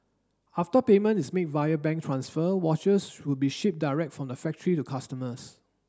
after payment is made via bank transfer watches would be shipped direct from the factory to customers